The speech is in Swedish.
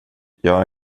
jag